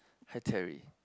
hi Terry